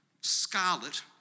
scarlet